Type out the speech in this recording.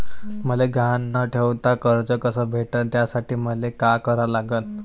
मले गहान न ठेवता कर्ज कस भेटन त्यासाठी मले का करा लागन?